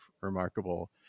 remarkable